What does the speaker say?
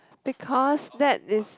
because that is